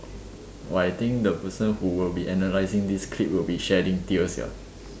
!wah! I think who will be analyzing this clip will be shedding tears sia